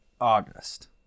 August